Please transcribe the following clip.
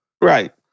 Right